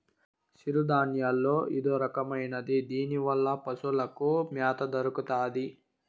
సిరుధాన్యాల్లో ఇదొరకమైనది దీనివల్ల పశులకి మ్యాత దొరుకుతాది